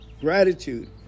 gratitude